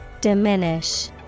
Diminish